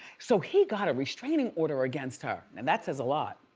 so he got a restraining order against her. and that says a lot.